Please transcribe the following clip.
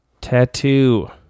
Tattoo